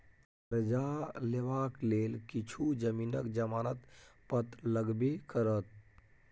करजा लेबाक लेल किछु जमीनक जमानत पत्र लगबे करत